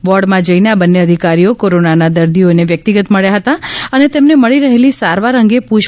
વોર્ડમાં જઈને આ બંને અધિકારીઓ કોરોનાના દર્દીઓને વ્યક્તિગત મળ્યા હતા અને તેમને મળી રહેલી સારવાર અંગે પૂછપરછ કરી હતી